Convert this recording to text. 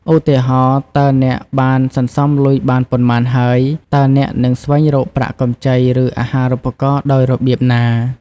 ឧទាហរណ៍ តើអ្នកបានសន្សំលុយបានប៉ុន្មានហើយ? តើអ្នកនឹងស្វែងរកប្រាក់កម្ចី ឬអាហារូបករណ៍ដោយរបៀបណា?